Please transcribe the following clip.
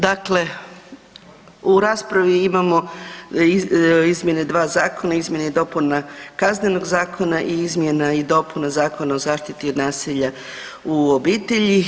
Dakle, u raspravi imamo izmjene dva zakona izmjeni i dopuna Kaznenog zakona i izmjena i dopuna Zakona o zaštiti od nasilja u obitelji.